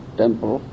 temple